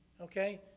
Okay